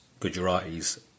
Gujaratis